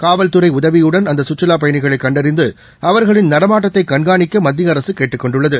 காவல்துறை உதவியுடன் அந்த அகற்றுலாப் பயணிகளை கண்டறிந்து அவர்களின் நடமாட்டத்தை கண்காணிக்க மத்திய அரசு கேட்டுக் கொண்டுள்ளது